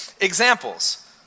Examples